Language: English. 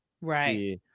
Right